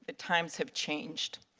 times have changed.